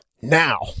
Now